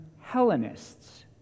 Hellenists